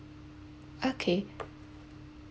okay